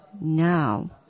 now